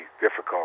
difficult